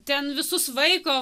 ten visus vaiko